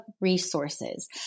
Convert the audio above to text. resources